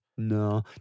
No